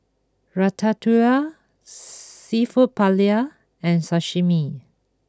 Ratatouille Seafood Paella and Sashimi